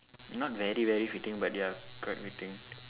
not very very fitting but they are quite fitting